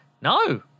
No